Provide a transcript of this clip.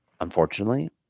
unfortunately